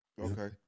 Okay